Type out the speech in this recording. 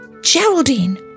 Geraldine